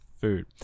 food